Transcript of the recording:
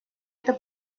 это